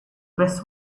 best